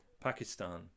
Pakistan